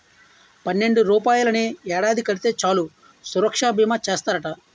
పన్నెండు రూపాయలని ఏడాది కడితే చాలు సురక్షా బీమా చేస్తారట